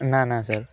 ନା ନା ସାର୍